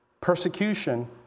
persecution